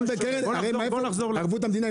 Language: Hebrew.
גם ערבות המדינה,